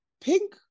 pink